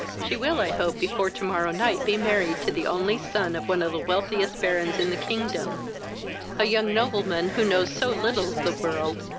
she will, i hope, before to-morrow night be married to the only son of one of the wealthiest barons in the kingdom a young nobleman who knows so little of the world,